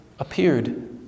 appeared